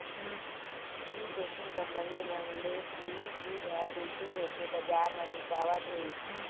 दू packing company मन ले उही दूद ह पेकिग होके बजार म बेचावत हे